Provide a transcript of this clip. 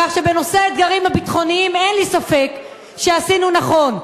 כך שבנושא האתגרים הביטחוניים אין לי ספק שעשינו נכון.